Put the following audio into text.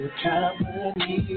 company